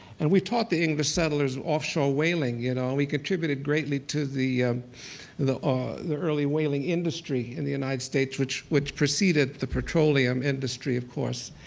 and we taught the english settlers offshore whaling, you know we contributed greatly to the the ah early whaling industry in the united states, which which preceded the petroleum industry, of course.